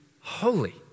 holy